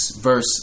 verse